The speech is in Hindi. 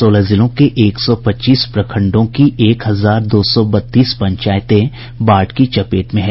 सोलह जिलों के एक सौ पच्चीस प्रखंडों की एक हजार दो सौ बत्तीस पंचायतें बाढ़ की चपेट में हैं